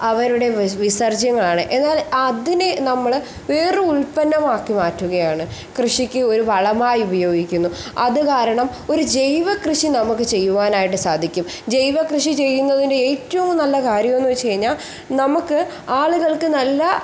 അവരുടെ വിസ് വിസർജനങ്ങളാണ് എന്നാൽ അതിന് നമ്മൾ വേറൊരു ഉൽപ്പന്നമാക്കി മാറ്റുകയാണ് കൃഷിക്ക് ഒരു വളമായി ഉപയോഗിക്കുന്നു അത്കാരണം ഒരു ജൈവകൃഷി നമുക്ക് ചെയ്യുവാനായിട്ട് സാധിക്കും ജൈവകൃഷി ചെയ്യുന്നതിൻ്റെ ഏറ്റവും നല്ല കാര്യമെന്ന് വെച്ചുകഴിഞ്ഞാൽ നമുക്ക് ആളുകൾക്ക് നല്ല